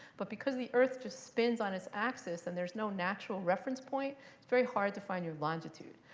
but because the earth just spins on its axis and there is no natural reference point, it's very hard to find your longitude.